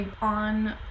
on